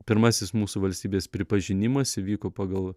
pirmasis mūsų valstybės pripažinimas įvyko pagal